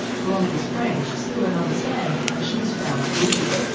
boronika's friends still don't understand how she was found guilty.